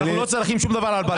אנחנו לא צריכים שום דבר על בלפור.